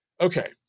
Okay